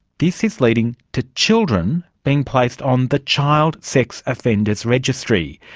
this is leading to children being placed on the child sex offenders registry.